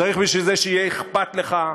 צריך בשביל זה שיהיה אכפת לך,